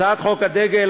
הצעת חוק הדגל,